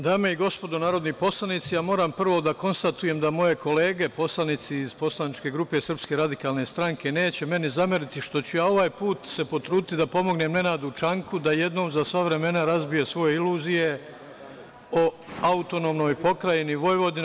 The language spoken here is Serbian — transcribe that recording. Dame i gospodo narodni poslanici, moram prvo da konstatujem da moje kolege poslanici iz poslaničke grupe SRS neće meni zameriti što ću se ovaj put potruditi da pomognem Nenadu Čanku da jednom za sva vremena razbije svoje iluzije o AP Vojvodina.